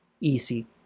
easy